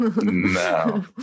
no